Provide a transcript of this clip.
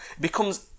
becomes